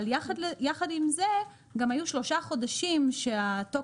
אבל יחד עם זה גם היו שלושה חודשים שהצו